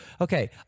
okay